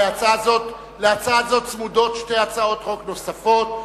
להצעה זו צמודות שתי הצעות חוק נוספות,